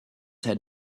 had